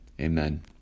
Amen